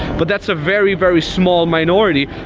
but that's a very, very small minority.